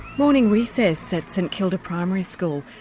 morning recess at st kilda primary school,